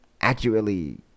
accurately